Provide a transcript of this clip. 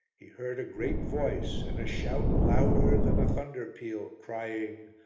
he heard a great voice and a shout louder than a thunder-peal crying,